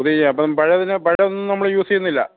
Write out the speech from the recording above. പുതിയത് ചെയ്യുക അപ്പം പഴയതിന് പഴയതൊന്നും നമ്മൾ യൂസ് ചെയ്യുന്നില്ല